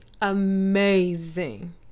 amazing